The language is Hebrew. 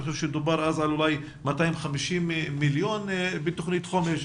אני חושב שדובר אז על אולי 250 מיליון בתוכנית חומש.